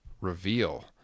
reveal